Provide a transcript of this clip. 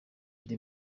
the